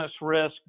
risk